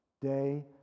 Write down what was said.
day